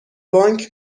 بانک